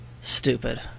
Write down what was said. Stupid